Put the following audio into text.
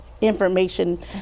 information